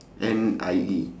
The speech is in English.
N I E